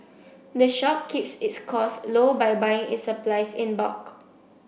the shop keeps its costs low by buying its supplies in bulk